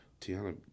Tiana